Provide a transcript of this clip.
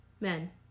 men